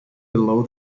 below